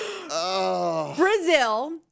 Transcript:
Brazil